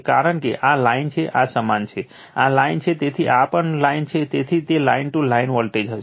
કારણ કે આ લાઇન છે આ સમાન છે આ લાઇન છે તેથી આ પણ લાઇન છે તેથી તે લાઇન ટુ લાઇન વોલ્ટેજ હશે